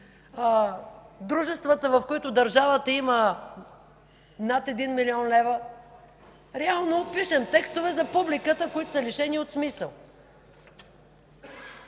дружествата, в които държавата има над 1 млн. лв. Реално пишем текстове за публиката, които са лишени от смисъл.